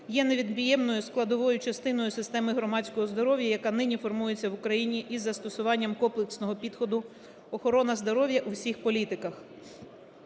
є невід'ємною складовою частиною системи громадського здоров'я, яка нині формується в Україні із застосуванням комплексного підходу "охорона здоров'я у всіх політиках".